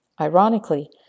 Ironically